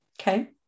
Okay